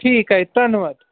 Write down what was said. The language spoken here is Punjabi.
ਠੀਕ ਹੈ ਜੀ ਧੰਨਵਾਦ